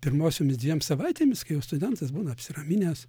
pirmosiomis dviem savaitėmis kai jau studentas būna apsiraminęs